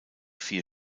vier